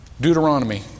Deuteronomy